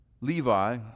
Levi